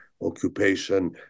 occupation